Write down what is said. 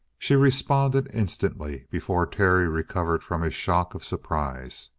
she responded instantly, before terry recovered from his shock of surprise.